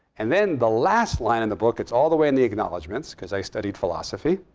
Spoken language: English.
and then the last line in the book it's all the way in the acknowledgments because i studied philosophy.